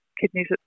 kidneys